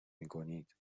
میکنید